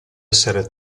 essere